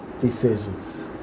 decisions